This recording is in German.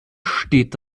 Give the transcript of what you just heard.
steht